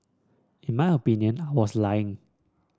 in my opinion I was lying